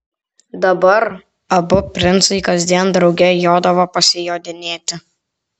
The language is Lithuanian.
dabar abu princai kasdien drauge jodavo pasijodinėti